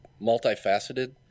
multifaceted